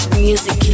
Music